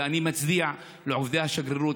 ואני מצדיע לעובדי השגרירות,